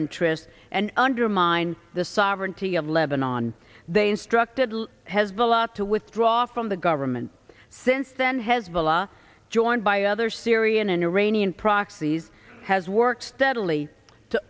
interests and undermine the sovereignty of lebanon they instructed has the lot to withdraw from the government since then hezbollah joined by other syrian and iranian proxies has worked steadily to